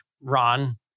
Ron